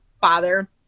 father